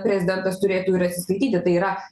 prezidentas turėtų ir atsisakyti tai yra